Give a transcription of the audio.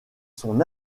son